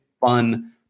fun